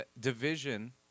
division